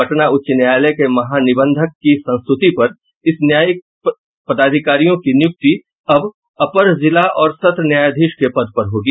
पटना उच्च न्यायालय के महानिबंधक की संस्तृति पर इन न्यायिक पदाधिकारियों को निय्रक्ति अब अपर जिला और सत्र न्यायाधीश के पद पर होगी